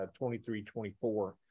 23-24